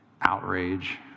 outrage